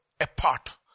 apart